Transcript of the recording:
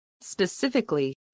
Specifically